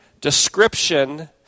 description